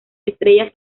estrellas